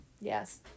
yes